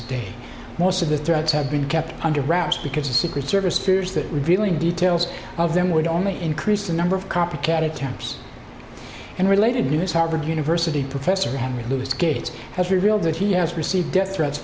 a day most of the threats have been kept under wraps because the secret service fears that revealing details of them would only increase the number of copycat attempts and relatedness harvard university professor henry louis gates has revealed that he has received death threats